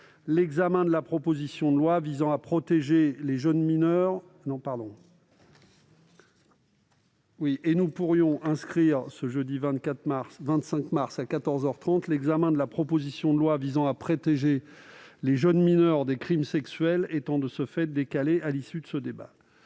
l'examen de la proposition de loi visant à protéger les jeunes mineurs des crimes sexuels étant de ce fait reporté à l'issue de ce débat.